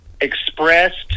expressed